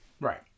Right